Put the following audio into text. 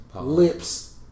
lips